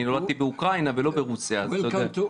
אני נולדתי באוקראינה ולא ברוסיה, אז אתה יודע.